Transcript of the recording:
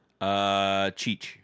Cheech